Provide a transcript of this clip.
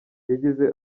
yagize